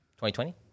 2020